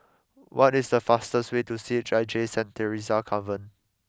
what is the fastest way to C H I J Saint Theresa's Convent